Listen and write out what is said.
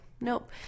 Nope